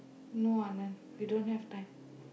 no Anand you don't have time